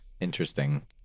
interesting